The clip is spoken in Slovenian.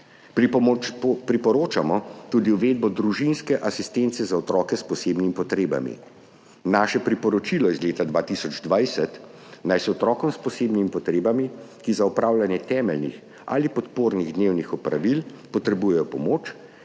ali podpore. Priporočamo tudi uvedbo družinske asistence za otroke s posebnimi potrebami. Naše priporočilo iz leta 2020, naj se otrokom s posebnimi potrebami, ki za opravljanje temeljnih ali podpornih dnevnih opravil potrebujejo pomoč,